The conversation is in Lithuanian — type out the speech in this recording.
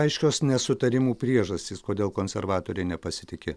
aiškios nesutarimų priežastys kodėl konservatoriai nepasitiki